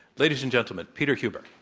ladies and gentlemen, peter huber.